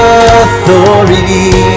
authority